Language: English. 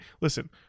Listen